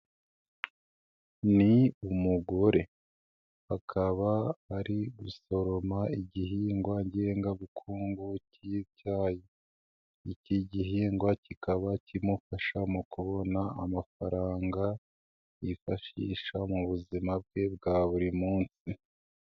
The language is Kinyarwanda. Ni umugore bakaba ari gusoroma igihingwa ngengabukungu cy'icyayi, ikiigihingwa kikaba kimufasha mu kubona amafaranga yifashisha mu buzima bwe bwa buri munsi.